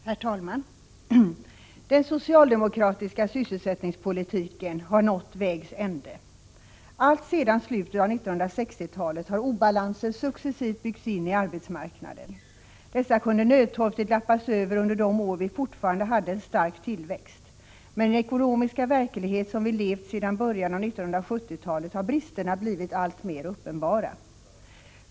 Herr talman! Den socialdemokratiska sysselsättningspolitiken har nått vägs ände. Alltsedan slutet av 1960-talet har obalanser successivt byggts in i arbetsmarknaden. Dessa kunde nödtorftigt lappas över under de år vi fortfarande hade en stark tillväxt. Men i den ekonomiska verklighet som vi levt i sedan början av 1970-talet har bristerna blivit alltmer uppenbara.